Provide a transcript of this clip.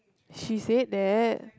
she said that